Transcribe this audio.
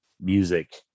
music